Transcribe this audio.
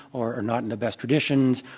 or not in the best traditions,